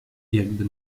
jakby